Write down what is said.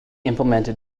implemented